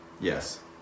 Yes